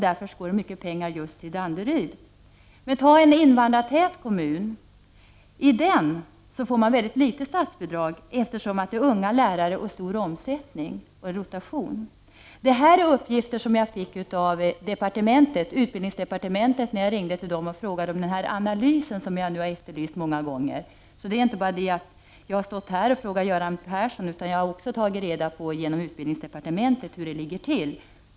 Därför går det mycket pengar just till Danderyd. En invandrartät kommun får däremot ytterst låga statsbidrag, eftersom lärarna där är unga; det blir en stor omsättning och rotation. Detta är uppgifter som jag fick från utbildningsdepartementet när jag ringde och frågade om den analys som jag har efterlyst många gånger. Jag har alltså inte bara stått här och frågat Göran Persson, utan jag har genom utbildningsdepartementet tagit reda på hur det ligger till.